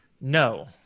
No